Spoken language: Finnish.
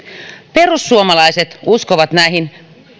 perussuomalaiset uskovat näihin